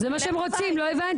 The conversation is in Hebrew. זה מה שהם רוצים, לא הבנת?